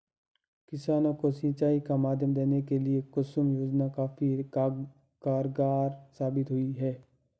किसानों को सिंचाई का माध्यम देने के लिए कुसुम योजना काफी कारगार साबित हुई है